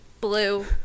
Blue